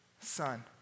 son